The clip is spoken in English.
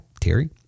Terry